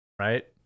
Right